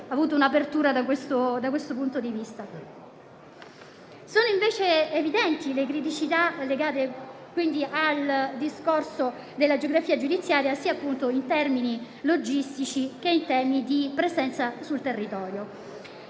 Sono evidenti le criticità legate al discorso della geografia giudiziaria, in termini sia logistici che di presenza sul territorio,